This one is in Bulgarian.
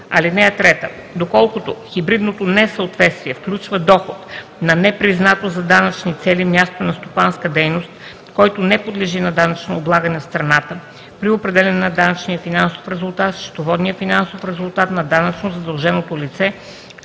4 и 6. (3) Доколкото хибридно несъответствие включва доход на непризнато за данъчни цели място на стопанска дейност, който не подлежи на данъчно облагане в страната, при определяне на данъчния финансов резултат счетоводният финансов резултат на данъчно задълженото лице